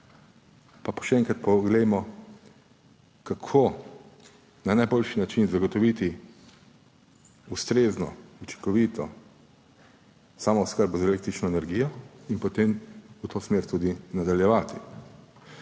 Pa še enkrat poglejmo, kako na najboljši način zagotoviti ustrezno učinkovito samooskrbo z električno energijo in potem v to smer tudi nadaljevati.